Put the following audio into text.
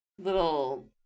little